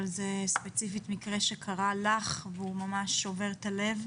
זה ספציפית מקרה שקרה לך והוא ממש שובר את הלב.